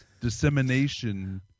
dissemination